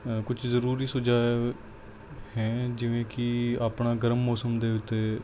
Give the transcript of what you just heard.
ਕੁਝ ਜ਼ਰੂਰੀ ਸੁਝਾਅ ਐ ਹੈ ਜਿਵੇਂ ਕਿ ਆਪਣਾ ਗਰਮ ਮੌਸਮ ਦੇ ਉੱਤੇ